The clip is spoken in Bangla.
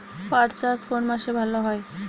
পাট চাষ কোন মাসে ভালো হয়?